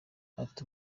ati